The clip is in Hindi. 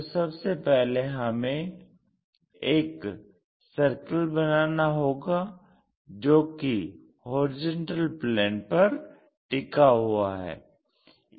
तो सबसे पहले हमें एक सर्किल बनाना होगा जो कि HP पर टिका हुआ है